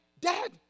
Dad